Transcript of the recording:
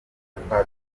kaburuta